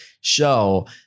show